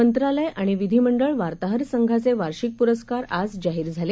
मंत्रालयआणिविधिमंडळवार्ताहरसंघाचेवार्षिकपुरस्कारआजजाहीरझाले